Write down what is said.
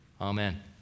amen